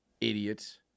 Idiots